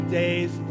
days